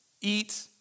Eat